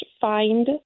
find